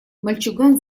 мальчуган